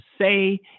say